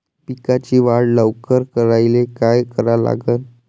पिकाची वाढ लवकर करायले काय करा लागन?